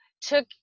took